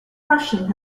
profession